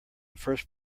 first